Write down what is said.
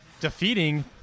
defeating